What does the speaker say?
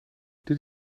dit